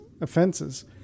offenses